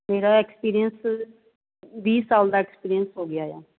ਮੇਰਾ ਐਕਸਪੀਰੀਅੰਸ ਵੀਹ ਸਾਲ ਦਾ ਐਕਸਪੀਰੀਅੰਸ ਹੋ ਗਿਆ ਆ